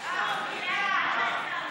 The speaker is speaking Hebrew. (תיקון מס'